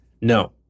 No